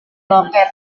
loket